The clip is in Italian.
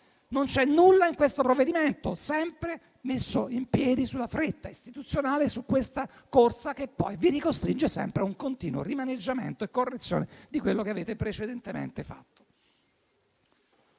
Non c'è nulla in questo provvedimento, sempre messo in piedi sulla fretta istituzionale e su questa corsa, che poi vi costringe a un continuo rimaneggiamento e correzione di quello che avete precedentemente fatto.